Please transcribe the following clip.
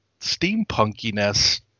steampunkiness